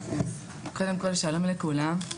קודם כל, שלום לכולם.